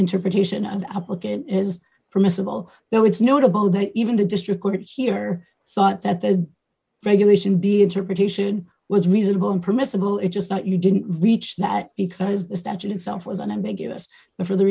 interpretation of applicant is permissible though it's notable that even the district court here thought that the regulation be interpretation was reasonable and permissible it's just that you didn't reach that because the statute itself was an ambiguous for the